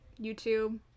YouTube